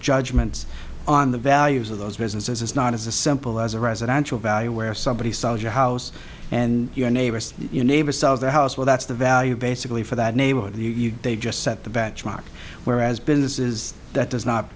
judgment on the values of those businesses is not as a simple as a residential value where somebody saw your house and your neighbors your neighbor sells their house well that's the value basically for that neighborhood they just set the benchmark where as business is that does not